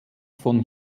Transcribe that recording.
von